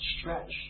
stretch